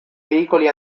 veicoli